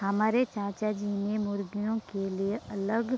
हमारे चाचाजी ने मुर्गियों के लिए अलग